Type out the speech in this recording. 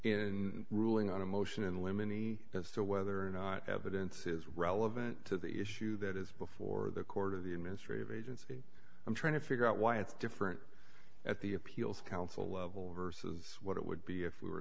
in ruling on a motion in limine the as to whether or not evidence is relevant to the issue that is before the court of the administrative agency i'm trying to figure out why it's different at the appeals council level versus what it would be if we were